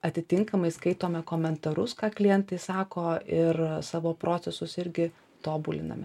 atitinkamai skaitome komentarus ką klientai sako ir savo procesus irgi tobuliname